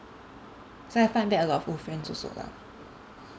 so I find back a lot of old friends also lah